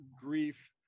grief